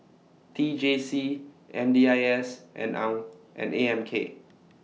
T J C M D I S and and A M K